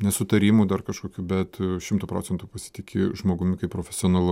nesutarimų dar kažkokių bet šimtu procentų pasitiki žmogumi kaip profesionalu